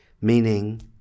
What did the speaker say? meaning